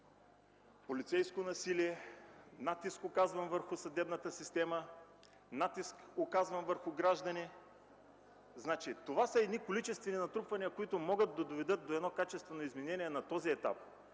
полицейско насилие, натиск, оказван върху съдебната система, натиск, оказван върху граждани. Това са количествени натрупвания, които могат да доведат до качествено изменение на този етап.